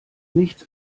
nichts